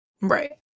right